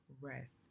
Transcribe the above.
rest